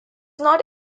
not